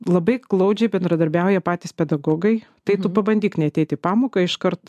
labai glaudžiai bendradarbiauja patys pedagogai tai tu pabandyk neateit į pamoką iškart